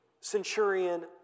centurion